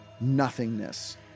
nothingness